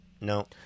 no